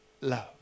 love